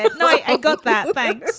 but no, i got that like